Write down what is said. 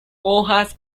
hojas